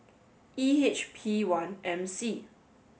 E H P one M C